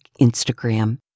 Instagram